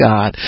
God